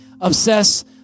obsess